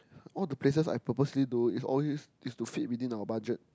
all the places I purposely do is always is to fit within our budget